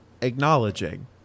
acknowledging